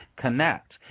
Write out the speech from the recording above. connect